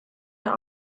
der